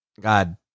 god